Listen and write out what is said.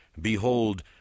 Behold